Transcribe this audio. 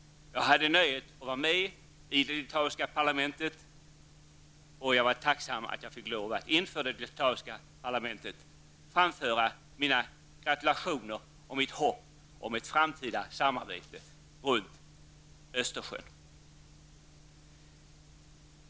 Jag hade nöjet att vara med i det litauiska parlamentet, och jag var tacksam att jag inför det litauiska parlamentet fick framföra mina gratulationer och mitt hopp om ett framtida samarbete mellan länderna runt Östersjön.